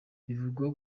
bivugwa